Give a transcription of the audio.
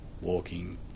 walking